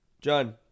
john